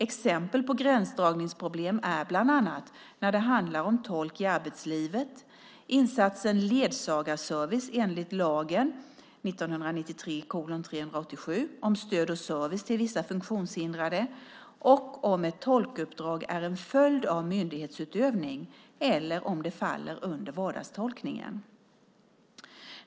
Exempel på gränsdragningsproblem är bland annat när det handlar om tolk i arbetslivet, insatsen ledsagarservice enligt lagen om stöd och service till vissa funktionshindrade och om ett tolkuppdrag är en följd av myndighetsutövning eller om det faller under vardagstolkningen.